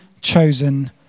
chosen